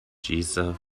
giza